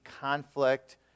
conflict